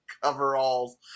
coveralls